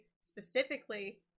specifically